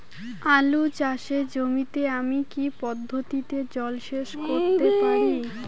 আলু চাষে জমিতে আমি কী পদ্ধতিতে জলসেচ করতে পারি?